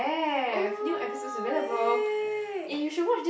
oh no !yay!